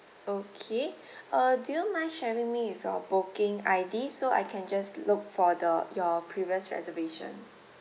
okay uh do you mind sharing me with your booking I D so I can just look for the your previous reservation